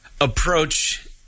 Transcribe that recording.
approach